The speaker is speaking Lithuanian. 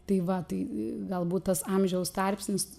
tai va tai galbūt tas amžiaus tarpsnis